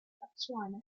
botswana